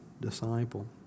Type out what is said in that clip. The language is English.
disciple